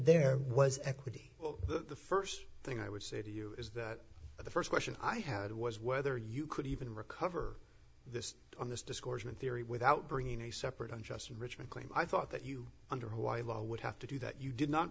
there was equity well the st thing i would say to you is that the st question i had was whether you could even recover this on this discourse in theory without bringing a separate unjust enrichment claim i thought that you under hawaii law would have to do that you did not